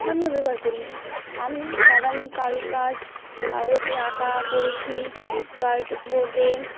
আমিও ব্যবহার করি আমি বাদামি কারু কাজ কাগজে আঁকা করেছি কার্ডবোর্ডে